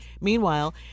Meanwhile